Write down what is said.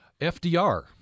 FDR